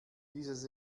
dieses